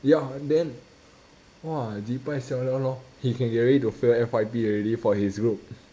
ya and then !wah! cheebye siao liao lor he can get ready to fail F_Y_P already for his group